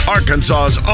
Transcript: Arkansas's